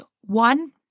One